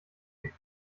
sie